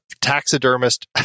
taxidermist